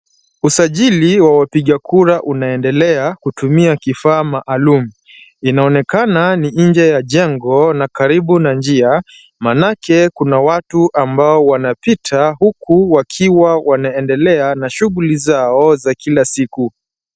Usajili wa wapiga kura unaendelea kutumia kifaa maalum. Inaonekana ni nje ya jengo na karibu na njia maanake kuna watu ambao wanapita, huku wakiwa wanaendelea na shughuli zao za kila siku.